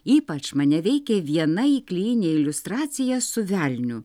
ypač mane veikė viena įklijinė iliustracija su velniu